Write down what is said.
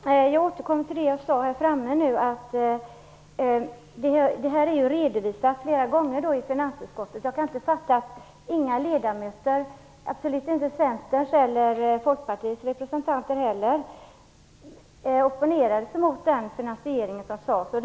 Herr talman! Jag återkommer till det som jag sade i mitt anförande, nämligen att det här är redovisat flera gånger i finansutskottet. Inga ledamöter - inte heller Centerns eller Folkpartiets representanter - opponerade sig mot den finansiering som angavs.